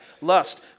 lust